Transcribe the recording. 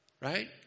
right